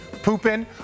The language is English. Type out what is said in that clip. Pooping